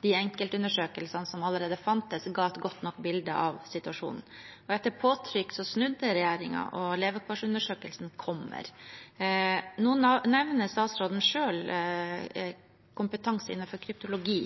de enkeltundersøkelsene som allerede fantes, ga et godt nok bilde av situasjonen. Etter påtrykk snudde regjeringen, og levekårsundersøkelsen kommer. Nå nevner statsråden selv kompetanse innenfor kryptologi.